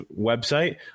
website